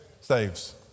saves